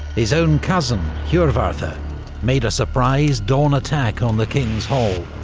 his own cousin hjorvard made a surprise, dawn attack on the king's hall.